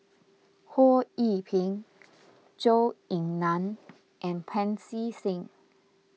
Ho Yee Ping Zhou Ying Nan and Pancy Seng